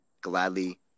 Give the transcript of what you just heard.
gladly